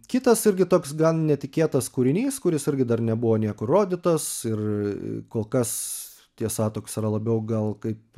kitas irgi toks gan netikėtas kūrinys kuris irgi dar nebuvo niekur rodytas ir kol kas tiesa toks yra labiau gal kaip